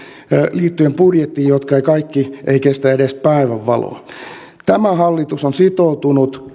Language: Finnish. liittyen budjettiin joista eivät kaikki edes kestä päivänvaloa tämä hallitus on sitoutunut